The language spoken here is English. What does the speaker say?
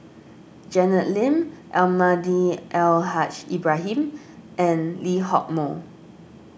Janet Lim Almahdi Al Haj Ibrahim and Lee Hock Moh